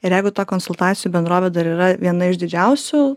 ir jeigu ta konsultacijų bendrovė dar yra viena iš didžiausių